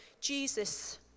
Jesus